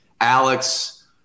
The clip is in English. Alex